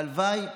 והלוואי,